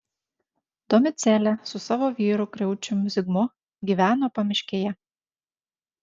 domicėlė su savo vyru kriaučium zigmu gyveno pamiškėje